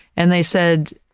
and they said,